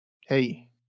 Hey